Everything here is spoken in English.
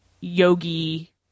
yogi